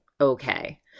okay